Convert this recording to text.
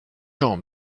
gens